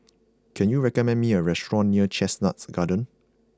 can you recommend me a restaurant near Chestnut Gardens